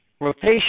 rotation